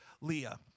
Leah